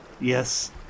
Yes